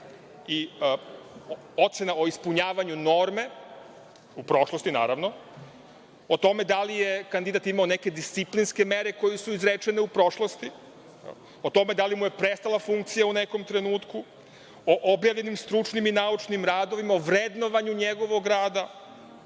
i ocena o ispunjavanju norme, u prošlosti, naravno, o tome da li je kandidat imao neke disciplinske mere koje su izrečene u prošlosti, o tome da li mu je prestala funkcija u nekom trenutku, o objavljenim stručnim i naučnim radovima, o vrednovanju njegovog rada,